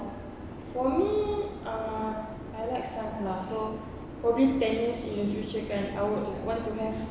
for me ah I like science lah so maybe ten years in the future kan I would want to have